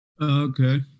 Okay